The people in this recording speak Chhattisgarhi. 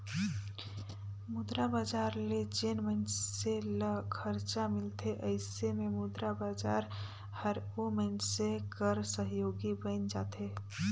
मुद्रा बजार ले जेन मइनसे ल खरजा मिलथे अइसे में मुद्रा बजार हर ओ मइनसे कर सहयोगी बइन जाथे